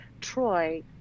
Troy